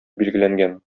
билгеләнгән